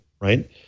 right